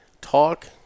talk